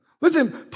Listen